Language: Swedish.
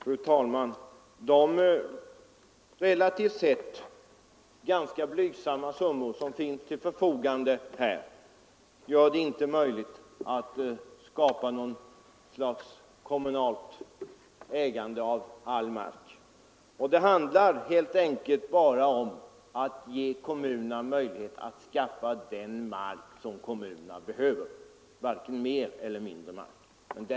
Fru talman! De relativt sett ganska blygsamma summor som står till förfogande gör det inte möjligt att skapa något slags kommunalt ägande av all mark. Det handlar helt enkelt bara om att ge kommunerna möjlighet att skaffa den mark de behöver, varken mer eller mindre.